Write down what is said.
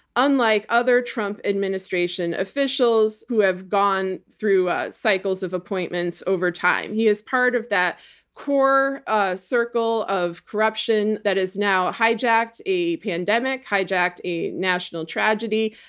unlike other trump administration officials, who have gone through cycles of appointments over time. he is part of that core ah circle of corruption that has now hijacked a pandemic, hijacked a national tragedy,